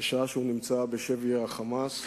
בשעה שהוא נמצא בשבי ה"חמאס",